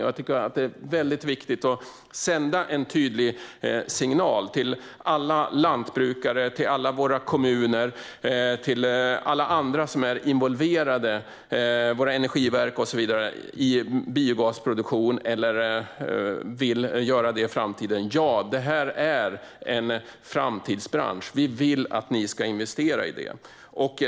Jag tycker att det är väldigt viktigt att sända en tydlig signal till alla lantbrukare, till alla våra kommuner och till alla andra som är involverade, våra energiverk och så vidare, i biogasproduktion eller som i framtiden vill vara det om att detta är en framtidsbransch och att man vill att de ska investera i den.